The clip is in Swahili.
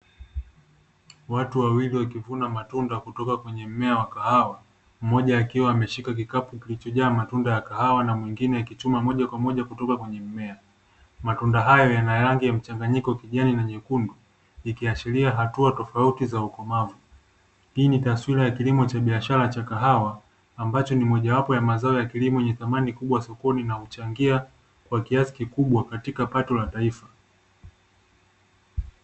Watu wawili wakivuna matunda kutoka katika mmea wa kahawa. Mmoja akiwa ameshika kikapu kilichojaa matunda ya kahawa na mwingine akichuma moja kwa moja kutoka kwenye mmea. Matunda hayo yana rangi ya mchanganyiko - kijani na nyekundu - ikiashiria hatua tofauti za ukomavu. Hii ni taswira ya kilimo cha biashara cha kahawa, ambacho ni mojawapo ya mazao ya kilimo yenye thamani kubwa sokoni na huchangia kwa kiasi kikubwa katika pato la taifa.